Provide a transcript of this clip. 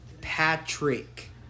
Patrick